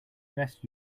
best